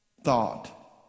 thought